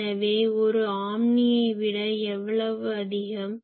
எனவே ஒரு ஆம்னியை விட எவ்வளவு அதிகம்